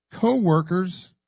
Co-workers